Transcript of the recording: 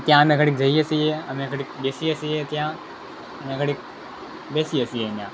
ત્યાં અમે ઘડીક જઈએ છીએ અમે ઘડીક બેસીએ છીએ ત્યાં અને ઘડીક બેસીએ છીએ ત્યાં